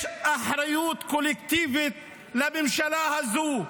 יש אחריות קולקטיבית לממשלה הזאת,